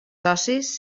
socis